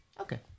Okay